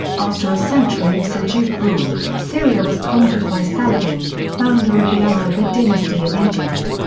after a century of seljuk rule, syria was conquered by saladin, founder of the ayyubid dynasty of egypt.